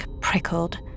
prickled